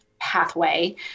pathway